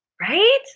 right